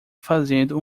fazendo